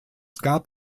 gab